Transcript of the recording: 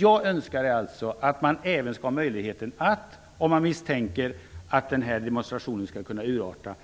Jag önskar alltså att man även skall ha möjlighet att, om det misstänks att en demonstration kan urarta,